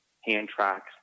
hand-tracks